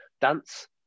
dance